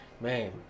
Man